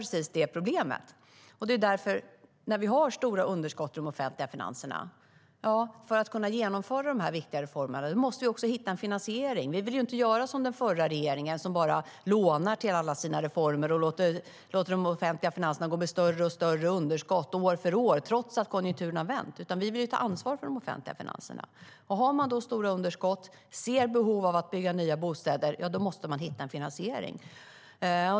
För att kunna genomföra de här viktiga reformerna när vi har stora underskott i de offentliga finanserna måste vi också hitta finansiering. Vi vill ju inte göra som den förra regeringen och låna till alla reformer och låta de offentliga finanserna gå med större och större underskott år efter år trots att konjunkturen har vänt, utan vi vill ta ansvar för de offentliga finanserna. Om man har stora underskott och ser behov av att bygga nya bostäder måste man hitta finansiering.